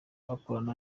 bakorana